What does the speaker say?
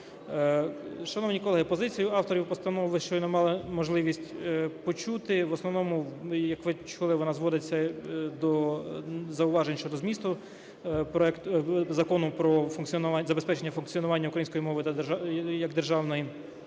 Шановні колеги, позицію авторів постанови ви щойно мали можливість почути. В основному, як ви чули, вона зводиться до зауважень щодо змісту Закону "Про забезпечення функціонування української мови як державної".